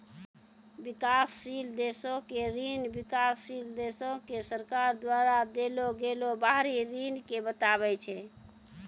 विकासशील देशो के ऋण विकासशील देशो के सरकार द्वारा देलो गेलो बाहरी ऋण के बताबै छै